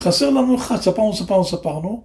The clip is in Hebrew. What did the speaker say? חסר לנו אחד, ספרנו, ספרנו, ספרנו.